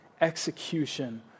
execution